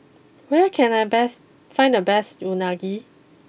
where can I best find the best Unagi